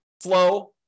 flow